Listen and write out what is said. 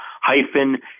hyphen